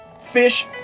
fish